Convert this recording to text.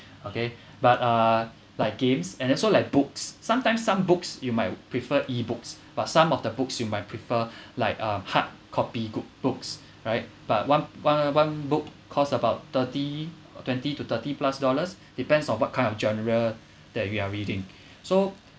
okay but uh like games and also like books sometimes some books you might prefer ebooks but some of the books you might prefer like a hard copy good books right but one one one book cost about thirty or twenty to thirty plus dollars depends on what kind of genre that you are reading so